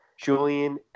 Julian